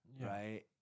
right